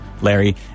Larry